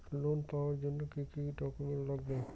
Loan পাওয়ার জন্যে কি কি ডকুমেন্ট লাগবে?